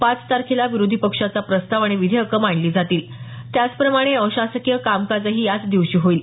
पाच तारखेला विरोधी पक्षाचा प्रस्ताव आणि विधेयकं मांडली जातील त्याचप्रमाणे अशासकीय कामकाजही याच दिवशी होईल